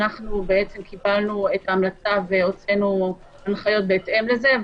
קיבלנו את ההמלצה והוצאנו הנחיות בהתאם לזה.